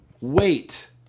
wait